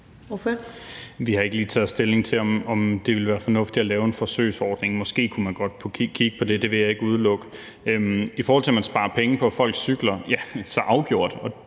Vi har ikke lige taget stilling til, om det ville være fornuftigt at lave en forsøgsordning. Måske kunne man godt kigge på det – det vil jeg ikke udelukke. I forhold til at man sparer penge på, at folk cykler: Ja, så afgjort!